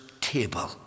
table